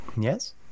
Yes